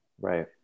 right